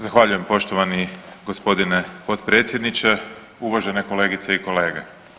Zahvaljujem poštovani g. potpredsjedniče, uvažene kolegice i kolege.